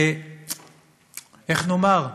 איך נאמר?